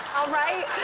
alright!